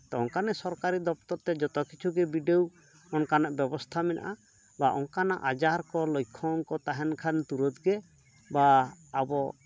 ᱛᱚ ᱚᱱᱟᱠᱟᱱᱤᱡ ᱥᱚᱨᱠᱟᱨᱤ ᱫᱚᱯᱛᱚᱨ ᱛᱮ ᱡᱚᱛᱚ ᱠᱤᱪᱷᱩ ᱜᱮ ᱵᱤᱰᱟᱹᱣ ᱚᱱᱠᱟᱱᱟᱜ ᱵᱮᱵᱚᱥᱛᱷᱟ ᱢᱮᱱᱟᱜᱼᱟ ᱵᱟ ᱚᱱᱠᱟᱱᱟᱜ ᱟᱡᱟᱨ ᱠᱚ ᱞᱚᱠᱠᱷᱚᱱ ᱠᱚ ᱛᱟᱦᱮᱱ ᱠᱷᱟᱱ ᱛᱩᱸᱨᱟᱹᱫ ᱜᱮ ᱵᱟ ᱟᱵᱚ